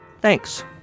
Thanks